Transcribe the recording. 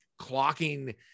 clocking